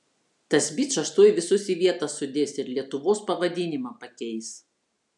tas bičas tuoj visus į vietą sudės ir lietuvos pavadinimą pakeis